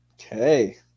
Okay